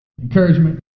encouragement